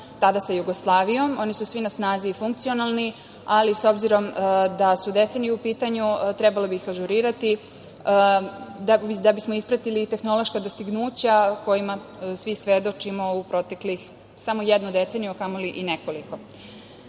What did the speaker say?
tada sa Jugoslavijom. Oni su svi na snazi i funkcionalni, ali s obzirom da su decenije u pitanju, trebalo bi ih ažurirati, da bismo ispratili tehnološka dostignuća kojima svi svedočimo u proteklih nekoliko decenija. Moja neka lična